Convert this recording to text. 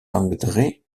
landry